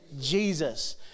Jesus